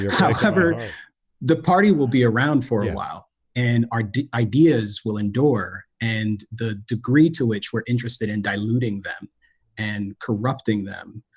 however the party will be around for a while and our ideas will endure and the degree to which we're interested in diluting them and corrupting them,